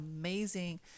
amazing